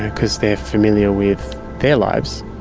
because they are familiar with their lives,